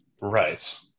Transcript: Right